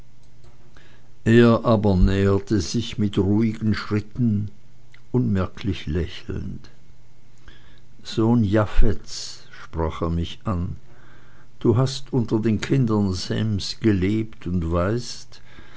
er aber näherte sich mit ruhigen schritten unmerklich lächelnd sohn japhets sprach er mich an du hast unter den kindern sems gelebt und weißt